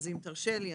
אז אם תרשה לי,